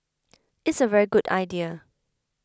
it's a very good idea